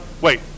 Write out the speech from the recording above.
wait